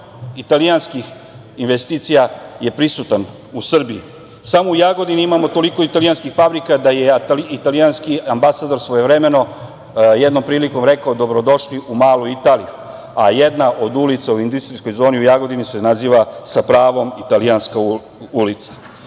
italijanskih investicija je prisutan u Srbiji. Samo u Jagodini imamo toliko italijanskih fabrika da je italijanski ambasador svojevremeno jednom prilikom rekao - dobrodošli u malu Italiju, a jedna od ulica u industrijskoj zoni u Jagodini se naziva sa pravom Italijanska ulica. Na